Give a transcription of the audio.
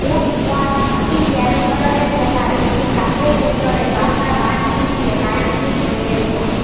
would worm হতিছে এক ধরণের পোকা যেটি কাঠের ভেতরে বাসা বাঁধটিছে কাঠকে খইয়ে দিয়া